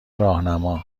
راهنما